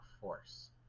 force